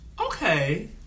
Okay